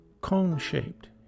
cone-shaped